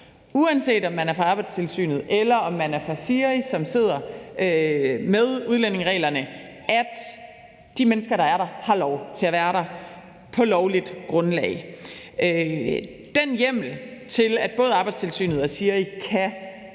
uanset om man er fra Arbejdstilsynet, eller om man er fra SIRI, som sidder med udlændingereglerne, at de mennesker, der er der, har lov til at være der, og at de er der på lovligt grundlagt. Den hjemmel til, at både Arbejdstilsynet og SIRI kan bede